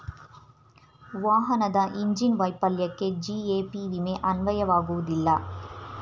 ವಾಹನದ ಇಂಜಿನ್ ವೈಫಲ್ಯಕ್ಕೆ ಜಿ.ಎ.ಪಿ ವಿಮೆ ಅನ್ವಯವಾಗುವುದಿಲ್ಲ